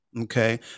Okay